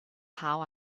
how